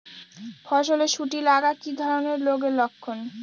ফসলে শুটি লাগা কি ধরনের রোগের লক্ষণ?